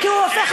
נו, באמת.